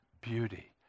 beauty